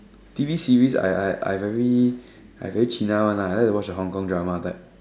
T_V series I I I very I very cheetah one lah I like to watch the Hong-Kong drama type